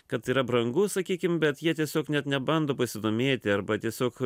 kad yra brangu sakykim bet jie tiesiog net nebando pasidomėti arba tiesiog